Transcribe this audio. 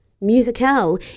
musical